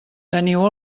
teniu